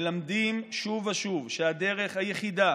מלמדים שוב ושוב שהדרך היחידה